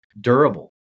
durable